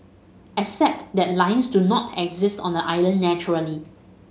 except that lions do not exist on the island naturally